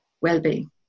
well-being